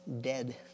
dead